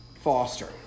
Foster